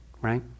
right